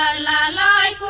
ah la la